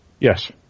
Yes